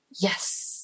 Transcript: yes